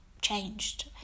changed